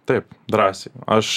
taip drąsiai aš